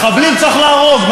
מחבלים צריך להרוג.